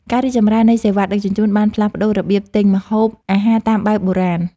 ការរីកចម្រើននៃសេវាដឹកជញ្ជូន បានផ្លាស់ប្តូររបៀបទិញម្ហូបអាហារតាមបែបបុរាណ។